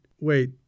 Wait